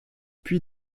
puis